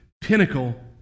pinnacle